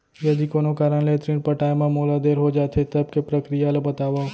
यदि कोनो कारन ले ऋण पटाय मा मोला देर हो जाथे, तब के प्रक्रिया ला बतावव